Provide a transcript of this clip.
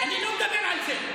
אני לא מדבר על זה.